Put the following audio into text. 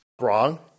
Wrong